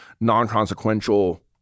non-consequential